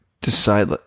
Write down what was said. decide